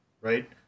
right